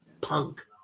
Punk